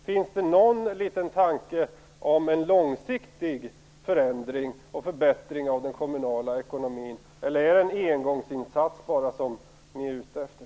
Finns det någon liten tanke om en långsiktig förändring och förbättring av den kommunala ekonomin, eller är det bara en engångsinsats ni är ute efter?